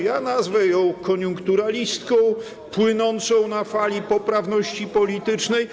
Ja nazwę ją koniunkturalistką płynącą na fali poprawności politycznej.